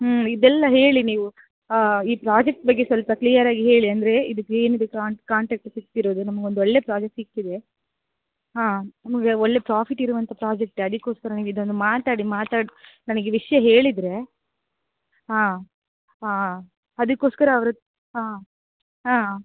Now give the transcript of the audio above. ಹ್ಞೂ ಇದೆಲ್ಲ ಹೇಳಿ ನೀವು ಈ ಪ್ರಾಜೆಕ್ಟ್ ಬಗ್ಗೆ ಸ್ವಲ್ಪ ಕ್ಲಿಯರಾಗಿ ಹೇಳಿ ಅಂದರೆ ಇದಕ್ಕೇನಿದೆ ಟ್ರೋಂಟ್ ಕಾಂಟಾಕ್ಟ್ ಸಿಕ್ತಿರೋದು ನಮ್ಗೊಂದು ಒಳ್ಳೆಯ ಪ್ರಾಜೆಕ್ಟ್ ಸಿಕ್ಕಿದೆ ಹಾಂ ನಮಗೆ ಒಳ್ಳೆಯ ಪ್ರಾಫಿಟ್ ಇರುವಂಥ ಪ್ರಾಜೆಕ್ಟೇ ಅದಕೋಸ್ಕರ ನೀವು ಇದನ್ನು ಮಾತಾಡಿ ಮಾತಾಡಿ ನನಗೆ ಈ ವಿಷಯ ಹೇಳಿದರೆ ಹಾಂ ಹಾಂ ಅದಕೋಸ್ಕರ ಅವ್ರತ್ರ ಹಾಂ ಹಾಂ